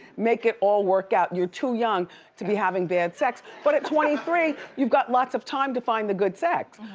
make it all work out. you're too young to be having bad sex. but at twenty three, you've got lots of time to find the good sex.